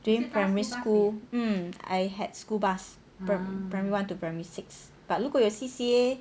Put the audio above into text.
during primary school um I had school bus primary one to primary six but 如果有 C_C_A